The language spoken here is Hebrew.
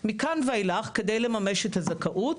לכל התחומים.